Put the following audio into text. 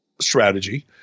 strategy